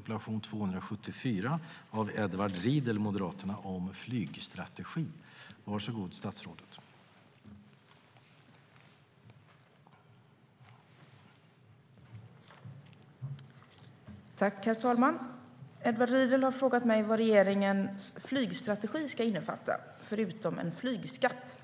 STYLEREF Kantrubrik \* MERGEFORMAT Svar på interpellationerDet